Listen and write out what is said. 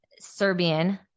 serbian